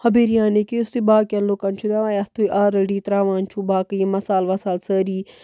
ہۄ بِریانی کہِ یُس تُہۍ باقِیَن لُکَن چھُو یَتھ تُہۍ آلرٔڈی ترٛاوان چھُو باقٕے یِم مصالہٕ وصالہٕ سٲری